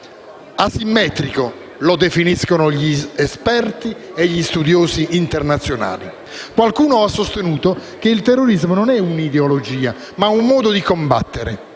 asimmetrico, come lo definisco gli esperti e gli studiosi internazionali. Qualcuno ha sostenuto che il terrorismo non è un'ideologia, ma un modo di combattere.